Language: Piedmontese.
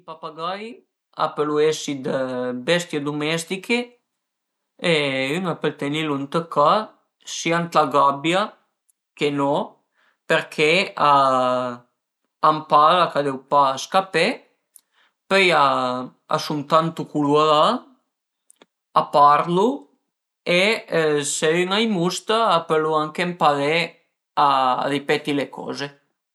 I papagai a pölu esi dë bestie dumestiche e ün a pöl tenilu ënt le ca sia ënt la gabia che no përché a ëmpara ch'a deu pa scapé, pöi a sun tantu culurà, a parlu e së ün ai musta a pölu anche ëmparé a ripeti le coze